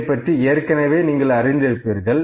இதைப் பற்றி ஏற்கனவே நீங்கள் அறிந்திருப்பீர்கள்